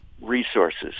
resources